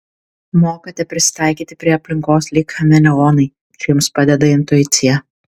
mokate prisitaikyti prie aplinkos lyg chameleonai čia jums padeda intuicija